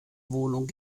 wohnung